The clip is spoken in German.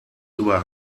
über